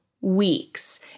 weeks